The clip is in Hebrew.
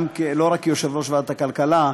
לא רק כיושב-ראש ועדת הכלכלה,